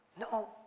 No